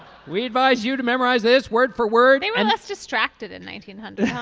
we advise you to memorize this word for word and that's distracted in nineteen hundred.